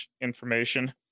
information